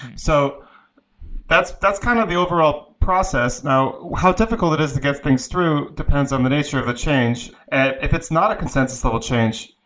so that's that's kind of the overall process. now, how difficult it is to get things through depends on the nature of a change. and if it's not a consensus little change,